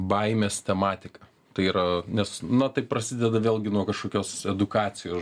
baimės tematiką tai yra nes na taip prasideda vėlgi nuo kažkokios edukacijos